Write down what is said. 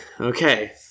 Okay